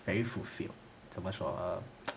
very fulfilled 怎么说 err